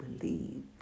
believe